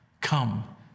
Come